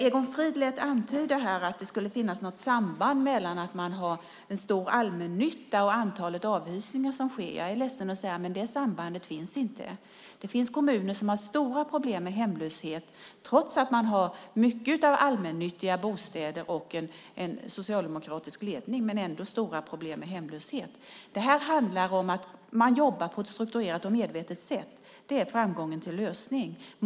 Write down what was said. Egon Frid lät antyda här att det skulle finnas något samband mellan att man har en stor allmännytta och antalet avhysningar som sker. Jag är ledsen att säga det, men det sambandet finns inte. Det finns kommuner som har stora problem med hemlöshet trots att man har mycket av allmännyttiga bostäder och en socialdemokratisk ledning. Man har ändå stora problem med hemlöshet. Det här handlar om att man jobbar på ett strukturerat och medvetet sätt. Det är vägen till framgång och lösning.